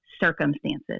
circumstances